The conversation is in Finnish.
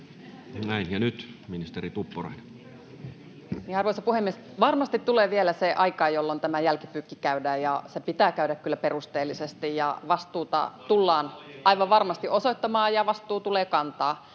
liik) Time: 16:48 Content: Arvoisa puhemies! Varmasti tulee vielä se aika, jolloin tämä jälkipyykki käydään, ja se pitää käydä kyllä perusteellisesti. Vastuuta tullaan aivan varmasti osoittamaan, ja vastuu tulee kantaa.